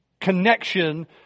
connection